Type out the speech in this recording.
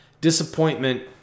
Disappointment